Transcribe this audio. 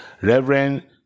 Reverend